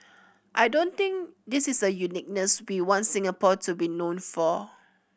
I don't think this is a uniqueness we want Singapore to be known for